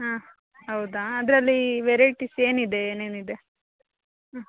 ಹಾಂ ಹೌದಾ ಅದ್ರಲ್ಲಿ ವೆರೈಟೀಸ್ ಏನಿದೆ ಏನೇನಿದೆ ಹ್ಞೂ